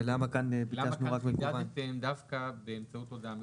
כאן אמרתם באמצעות הודעה מקוונת.